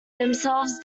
themselves